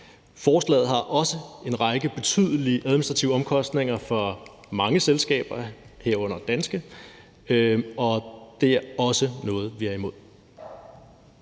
Forslaget har også en række betydelige administrative omkostninger for mange selskaber, herunder danske, og det er også noget, vi er imod.